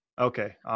Okay